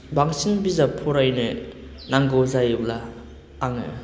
बांसिन बिजाब फरायनो नांगौ जायोब्ला आङो